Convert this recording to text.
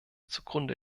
zugrunde